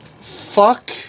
Fuck